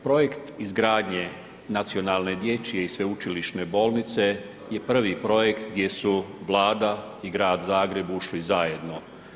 Projekt izgradnje nacionalne dječje i sveučilišne bolnice je prvi projekt gdje su Vlada i Grad Zagreb ušli zajedno.